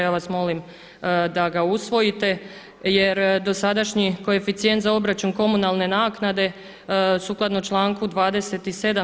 Ja vas molim da ga usvojite jer dosadašnji koeficijent za obračun komunalne naknade sukladno članku 27.